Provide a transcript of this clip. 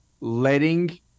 letting